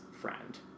friend